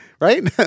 right